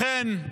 לכן,